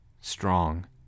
strong